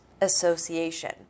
association